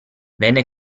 venne